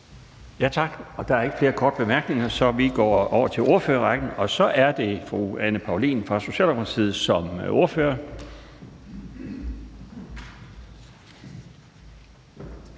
Tak. Der er ikke flere korte bemærkninger, så vi går over til ordførerrækken. Så er det fru Anne Paulin fra Socialdemokratiet som ordfører.